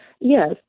Yes